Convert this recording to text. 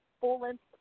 full-length